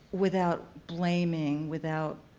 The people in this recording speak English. without blaming, without